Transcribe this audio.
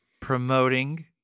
promoting